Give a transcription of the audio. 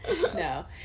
No